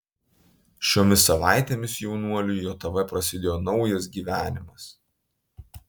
šiomis savaitėmis jaunuoliui jav prasidėjo naujas gyvenimas